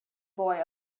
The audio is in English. boy